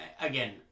again